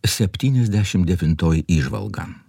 septyniasdešim devintoji įžvalga